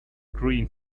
green